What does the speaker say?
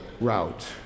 route